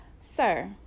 Sir